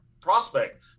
prospect